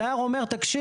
הדייר אומר תקשיב,